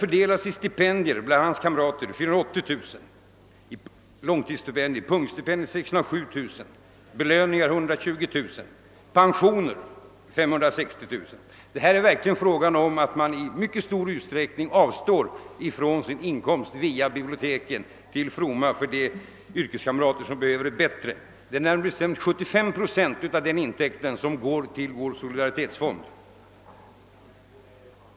Men gemensamt fördelas i långtidsstipendier 480000, i punktstipendier 607 000, i belöningar 120000 och som pensioner utgår 560 000 kronor. Här är det verkligen fråga om att man i mycket stor utsträckning avstår ifrån egna inkomster via biblioteken till fromma för hela författarkåren. Det är, närmare bestämt, 75 procent av den biblioteksersättningen som går till solidaritetsfonden.